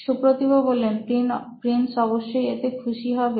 Supratibh Prince অবশ্যই এতে খুশি হবে